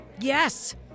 Yes